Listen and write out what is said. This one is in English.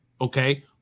okay